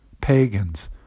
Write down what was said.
pagans